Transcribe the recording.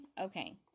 Okay